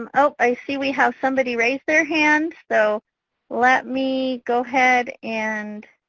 um ah i see. we have somebody raise their hand so let me go ahead and